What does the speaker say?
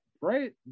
right